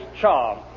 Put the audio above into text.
charm